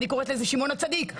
אני קוראת לזה שמעון הצדיק.